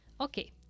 Okay